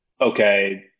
okay